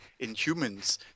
Inhumans